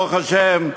ברוך השם,